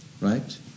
right